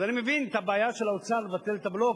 אז אני מבין את הבעיה של האוצר לבטל את הבלו,